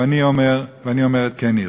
ואני אומרת כן ירבה.